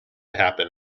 happen